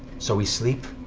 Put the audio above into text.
so we sleep,